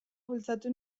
bultzatu